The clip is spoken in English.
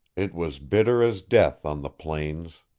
it was bitter as death on the plains.